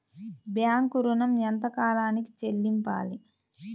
Bank ఋణం ఎంత కాలానికి చెల్లింపాలి?